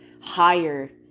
higher